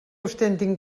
ostentin